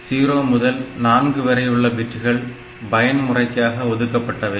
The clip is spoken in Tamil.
0 முதல் 4 வரை உள்ள பிட்கள் பயன் முறைக்காக ஒதுக்கப்பட்டவை